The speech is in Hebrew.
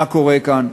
מה קורה כאן?